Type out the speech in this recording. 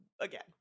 again